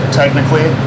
technically